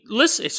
listen